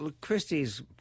Christie's